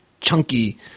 chunky